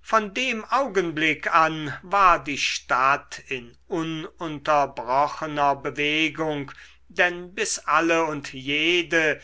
von dem augenblick an war die stadt in ununterbrochener bewegung denn bis alle und jede